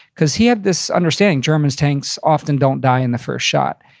cause he had this understanding, german tanks often don't die in the first shot.